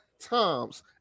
times